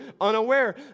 unaware